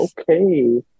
Okay